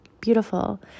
beautiful